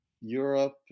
Europe